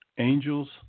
Angels